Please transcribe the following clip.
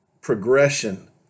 progression